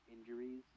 injuries